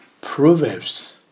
Proverbs